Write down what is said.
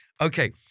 Okay